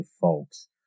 folks